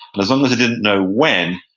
and as long as they didn't know when,